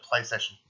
PlayStation